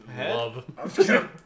love